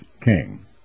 king